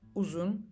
uzun